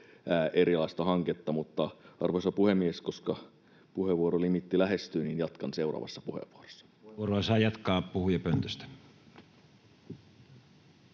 erilaista hanketta. — Mutta arvoisa puhemies, koska puheenvuorolimiitti lähestyy, niin jatkan seuraavassa puheenvuorossa. Puheenvuoroa saa jatkaa puhujapöntöstä.